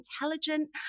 intelligent